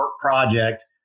Project